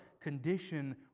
condition